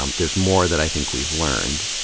um there's more that i think we've learned.